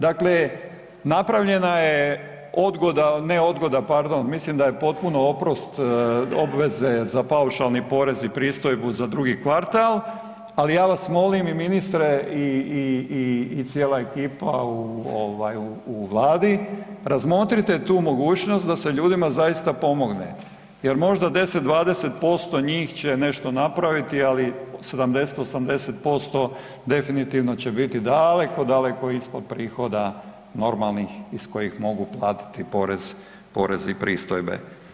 Dakle, napravljena je odgoda, ne odgoda pardon, mislim da je potpuno oprost obveze za paušalni porez i pristojbu za drugi kvartal, ali ja vas molim i ministre i cijela ekipa u ovaj u Vladi, razmotrite tu mogućnost da se ljudima zaista pomogne jer možda 10-20% njih će nešto napraviti, ali 70-80% definitivno će biti daleko, daleko ispod prihoda normalnih iz kojih mogu platiti porez, porez i pristojbe.